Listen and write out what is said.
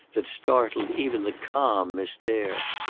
that startled even the calm miss dare.